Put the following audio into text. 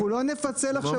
אנחנו לא נפצל עכשיו.